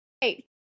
Hey